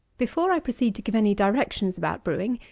before i proceed to give any directions about brewing,